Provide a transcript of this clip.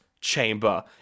chamber